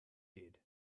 did